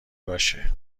باشه